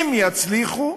אם יצליחו.